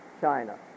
China